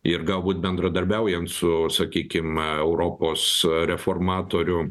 ir galbūt bendradarbiaujant su sakykim europos reformatorių